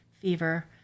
fever